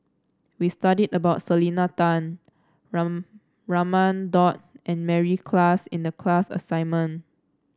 we studied about Selena Tan Raman Daud and Mary Klass in the class assignment